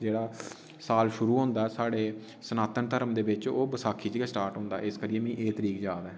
जेह्ड़ा साल शुरु होंदा साढ़े सनातन धर्म दे बिच ओह् बसाखी च गै स्टार्ट होंदा इस करियै मिगी एह् तरीक याद ऐ